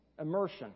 Immersion